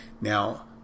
Now